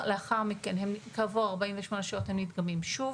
לאחר מכן כעבור 48 שעות הם נדגמים שוב,